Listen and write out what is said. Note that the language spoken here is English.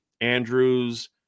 Andrews